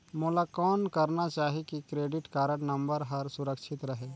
मोला कौन करना चाही की क्रेडिट कारड नम्बर हर सुरक्षित रहे?